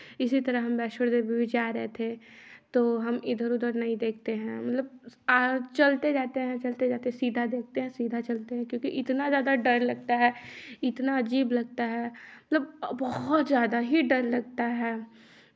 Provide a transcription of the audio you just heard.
इसी तरह हम वैष्णो देवी भी जा रहे थे तो हम इधर उधर नहीं देखते है मतलब चलते जाते हैं चलते जाते हैं सीधा देखते है सीधा चलते हैं क्योंकि इतना ज़्यादा डर लगता है इतना अजीब लगता है मतलब बहुत ज़्यादा ही डर लगता है